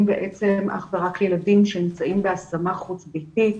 אך ורק לילדים שנמצאים בהשמה חוץ ביתית